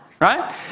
right